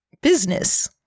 business